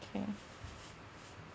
K